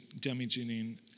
damaging